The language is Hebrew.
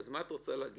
אז מה את רוצה להגיד?